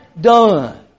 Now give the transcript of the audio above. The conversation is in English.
done